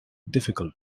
difficult